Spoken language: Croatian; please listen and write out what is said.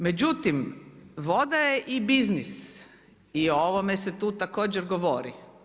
Međutim, voda je i biznis i o ovome se tu također govori.